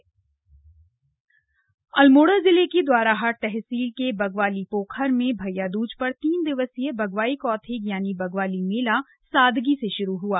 बग्वाली मेला अल्मोड़ा जिले की द्वाराहाट तहसील के बग्वाली पोखर में भैया दूज पर तीन दिवसीय बग्वाई कौथिग यानि बग्वाली मेला सादगी से शुरू हआ